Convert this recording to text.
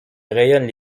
rayonnent